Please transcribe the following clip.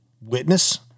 witness